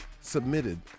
submitted